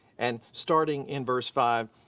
and starting in verse five,